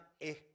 es